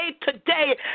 today